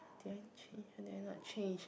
did I change change